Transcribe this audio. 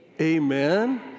amen